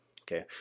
okay